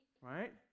Right